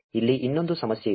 ಇಲ್ಲಿ ಇನ್ನೊಂದು ಸಮಸ್ಯೆ ಇದೆ